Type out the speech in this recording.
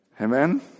Amen